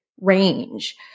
range